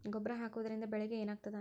ಗೊಬ್ಬರ ಹಾಕುವುದರಿಂದ ಬೆಳಿಗ ಏನಾಗ್ತದ?